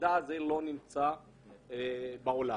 והמידע לא נמצא בעולם.